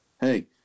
Hey